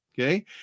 Okay